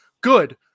Good